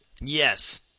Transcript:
Yes